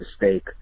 mistake